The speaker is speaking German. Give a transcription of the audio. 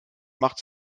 mache